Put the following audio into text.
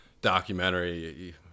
documentary